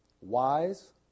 wise